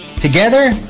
Together